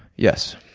yes.